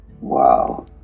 Wow